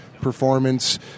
performance